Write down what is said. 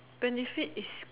benefit is